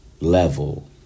level